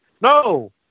No